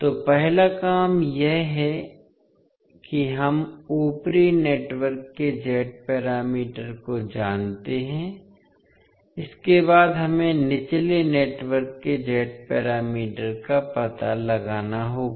तो पहला काम यह है कि हम ऊपरी नेटवर्क के जेड पैरामीटर को जानते हैं इसके बाद हमें निचले नेटवर्क के जेड पैरामीटर का पता लगाना होगा